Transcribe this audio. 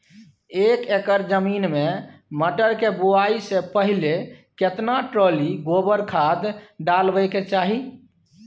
एक एकर जमीन में मटर के बुआई स पहिले केतना ट्रॉली गोबर खाद डालबै के चाही?